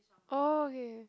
oh okay